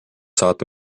saata